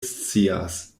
scias